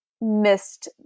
missed